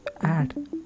Add